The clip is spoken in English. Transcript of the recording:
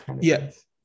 Yes